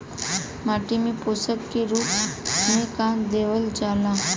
माटी में पोषण के रूप में का देवल जाला?